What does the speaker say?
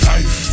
Life